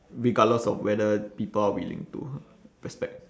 regardless of whether people are willing to respect